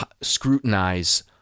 scrutinize